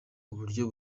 uburyo